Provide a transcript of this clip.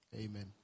amen